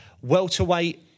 welterweight